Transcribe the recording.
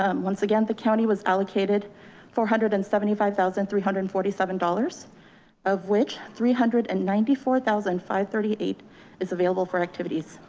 um once again, the county was allocated four hundred and seventy five thousand three hundred and forty seven dollars of which three hundred and ninety four thousand and five thirty eight is available for activities.